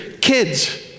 kids